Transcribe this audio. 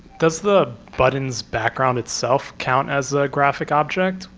does the button's background itself count as a graphic object,